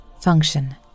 Function